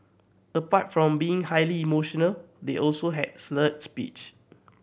apart from being highly emotional they also had slurred speech